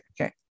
okay